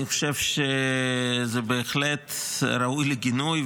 אני חושב שזה בהחלט ראוי לגינוי,